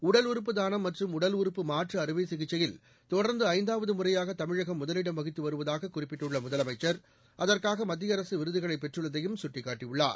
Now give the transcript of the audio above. உடல் உறுப்பு தாளம் மற்றும் உடல் உறுப்பு மாற்று அறுவை சிகிச்சையில் தொடர்ந்து ஐந்தாவது முறையாக தமிழகம் முதலிடம் வகித்து வருவதாக குறிப்பிட்டுள்ள முதலமைச்சர் அதற்காக மத்திய அரசு விருதுகளை பெற்றுள்ளதையும் சுட்டிக்காட்டியுள்ளார்